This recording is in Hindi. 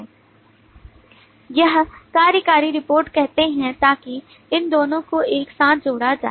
हम कार्यकारी रिपोर्ट कहते हैं ताकि इन दोनों को एक साथ जोड़ा जाए